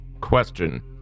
question